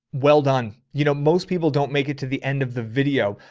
well done. you know, most people don't make it to the end of the video,